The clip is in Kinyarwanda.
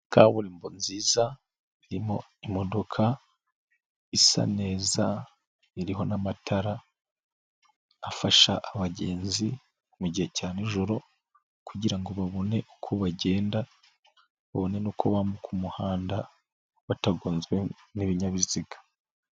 Kaburimbo nziza irimo imodoka isa neza, iriho n'amatara afasha abagenzi mu gihe cya nijoro kugira ngo babone uko bagenda, babone nuko bambuka umuhanda batagonzwe n'ibinyabiziga.